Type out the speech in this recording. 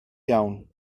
iawn